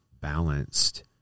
balanced